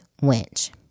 Winch